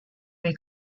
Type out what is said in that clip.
may